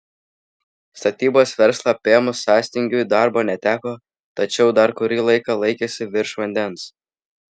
statybos verslą apėmus sąstingiui darbo neteko tačiau dar kurį laiką laikėsi virš vandens